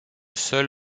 seul